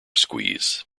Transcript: squeeze